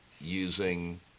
using